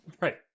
Right